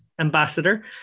ambassador